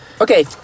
Okay